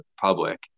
public